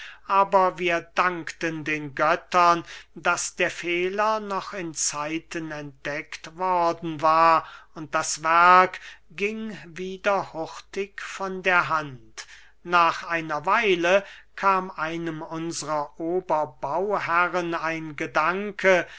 aber wir dankten den göttern daß der fehler noch in zeiten entdeckt worden war und das werk ging wieder hurtig von der hand nach einer weile kam einem unsrer ober bauherren ein gedanke